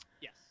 Yes